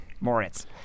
Moritz